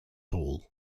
all